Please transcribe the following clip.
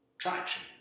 traction